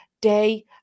day